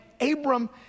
Abram